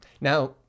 Now